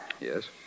Yes